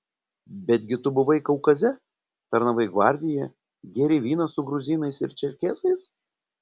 betgi tu buvai kaukaze tarnavai gvardijoje gėrei vyną su gruzinais ir čerkesais